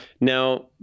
now